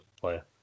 player